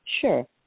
sure